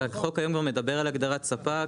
החוק היום כבר מדבר על הגדרת ספק,